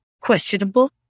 questionable